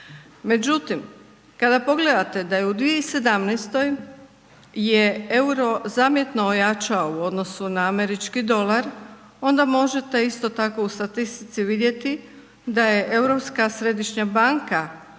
Međutim, kada pogledate da je u 2017. je euro zamjetno ojačao u odnosu na američki dolar onda možete isto tako u statistici vidjeti da je Europska središnja banka